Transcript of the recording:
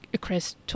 Chris